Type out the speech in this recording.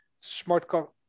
smart